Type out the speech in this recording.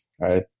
right